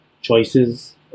choices